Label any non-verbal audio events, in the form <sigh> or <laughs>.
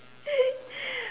<laughs>